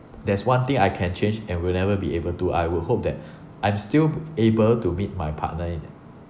there's one thing I can change and will never be able to I would hope that I'm still able to meet my partner in